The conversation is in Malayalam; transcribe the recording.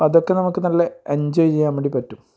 അതൊക്കെ നമുക്ക് നല്ല എൻജോയ് ചെയ്യാൻ വേണ്ടി പറ്റും